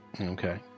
Okay